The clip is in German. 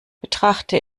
betrachte